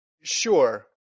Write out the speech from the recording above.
Sure